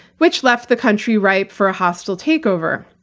which left the country ripe for a hostile takeover.